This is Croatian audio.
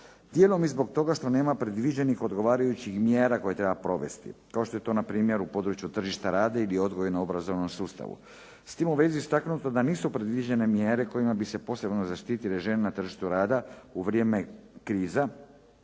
djelom i zbog toga što nema predviđenih odgovarajućih mjera koje treba provesti kao što je to na primjer u području tržišta rada ili u odgojno-obrazovnom sustavu. S tim u vezi istaknuto je da nisu predviđene mjere kojima bi se posebno zaštitile žene na tržištu rada u vrijeme kriza